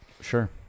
Sure